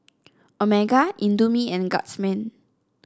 Omega Indomie and Guardsman